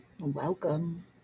Welcome